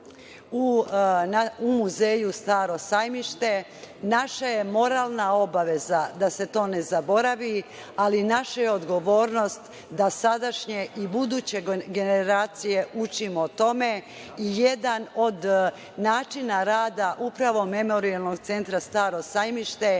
u muzeju „Staro sajmište“. Naša je moralna obaveza da se to ne zaboravi, ali naša je odgovornost da sadašnje i buduće generacije učimo tome. Jedan od načina rada upravo Memorijalnog centra „Staro sajmište“